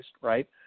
Right